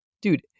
dude